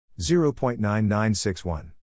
0.9961